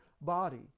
body